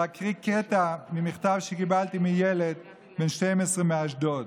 להקריא קטע ממכתב שקיבלתי מילד בן 12 מאשדוד.